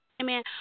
Amen